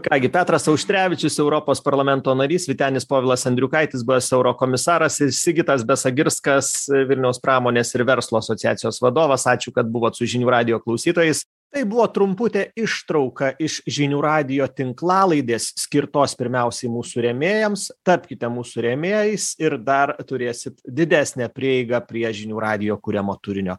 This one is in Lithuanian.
ką gi petras auštrevičius europos parlamento narys vytenis povilas andriukaitis buvęs eurokomisaras sigitas besagirskas vilniaus pramonės ir verslo asociacijos vadovas ačiū kad buvot su žinių radijo klausytojais tai buvo trumputė ištrauka iš žinių radijo tinklalaidės skirtos pirmiausiai mūsų rėmėjams tapkite mūsų rėmėjais ir dar turėsit didesnę prieigą prie žinių radijo kuriamo turinio